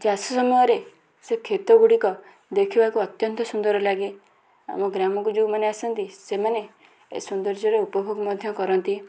ଚାଷ ସମୟରେ ସେ କ୍ଷେତ ଗୁଡ଼ିକ ଦେଖିବାକୁ ଅତ୍ୟନ୍ତ ସୁନ୍ଦର ଲାଗେ ଆମ ଗ୍ରାମକୁ ଯେଉଁମାନେ ଆସନ୍ତି ସେମାନେ ଏ ସୋନ୍ଦର୍ଯ୍ୟର ଉପଭୋଗ ମଧ୍ୟ କରନ୍ତି